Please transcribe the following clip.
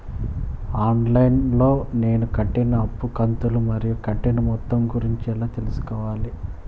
On line లో నేను కట్టిన అప్పు కంతులు మరియు కట్టిన మొత్తం గురించి ఎలా తెలుసుకోవాలి?